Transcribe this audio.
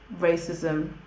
racism